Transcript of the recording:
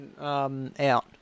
out